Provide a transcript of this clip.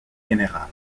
general